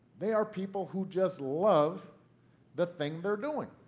they are people who just love the thing they're doing.